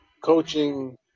coaching